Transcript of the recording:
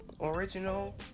original